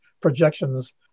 projections